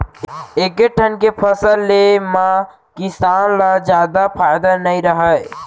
एके ठन फसल ले म किसान ल जादा फायदा नइ रहय